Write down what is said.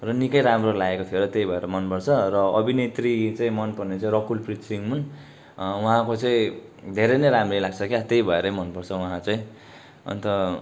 र निकै राम्रो लागेको थियो र त्यही भएर मनपर्छ र अभिनेत्री चाहिँ मनपर्ने चाहिँ रोकुलप्रित सिंह हुन् उहाँको चाहिँ धेरै नै राम्री लाग्छ क्या त्यही भएरै मनपर्छ उहाँ चाहिँ अन्त